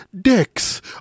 dicks